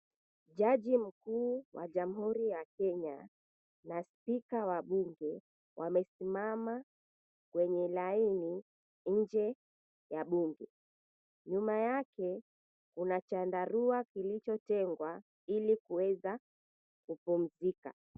Jaji mkuu wa Jamuhuri ya Kenya na spika wa bunge wamesimama kwenye laini nje ya bunge. Nyuma yake kuna chandarua kilichotengwa ili kuweza kupumzika.